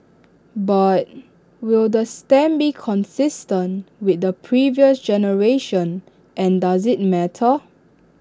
but will the stamp be consistent with the previous generation and does IT matter